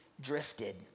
drifted